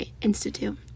Institute